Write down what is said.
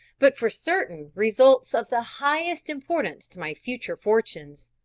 but for certain results of the highest importance to my future fortunes.